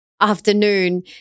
afternoon